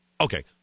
Okay